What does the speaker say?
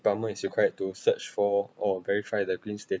government is required to search for or verify the green state